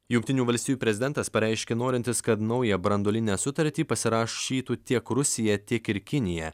jungtinių valstijų prezidentas pareiškė norintis kad naują branduolinę sutartį pasirašytų tiek rusija tiek ir kinija